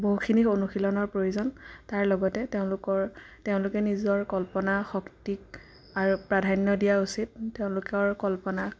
বহুখিনি অনুশীলনৰ প্ৰয়োজন তাৰ লগতে তেওঁলোকৰ তেওঁলোকে নিজৰ কল্পনা শক্তিক আৰু প্ৰাধান্য দিয়া উচিত তেওঁলোকৰ কল্পনাক